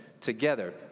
together